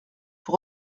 pour